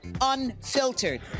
Unfiltered